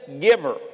giver